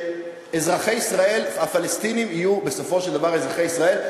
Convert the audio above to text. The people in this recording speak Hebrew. שאזרחי ישראל הפלסטינים יהיו בסופו של דבר אזרחי ישראל.